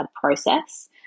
process